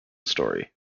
story